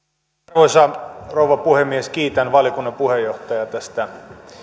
arvoisa rouva puhemies kiitän valiokunnan puheenjohtajaa tästä